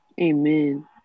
Amen